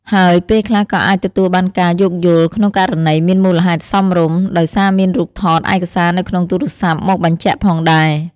ហើយពេលខ្លះក៏អាចទទួលបានការយោគយល់ ក្នុងករណីមានមូលហេតុសមរម្យ ដោយសារមានរូបថតឯកសារនៅក្នុងទូរស័ព្ទមកបញ្ជាក់ផងដែរ។